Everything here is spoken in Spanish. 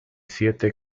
siete